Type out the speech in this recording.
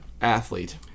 athlete